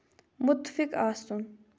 مُتفِق آسُن